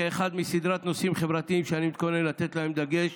כאחד מסדרת נושאים חברתיים שאני מתכונן לתת להם דגש